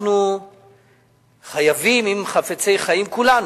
אם חפצי חיים כולנו,